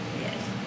yes